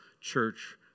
church